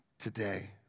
today